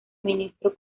ministro